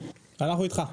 אנחנו איתך.